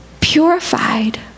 purified